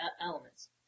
elements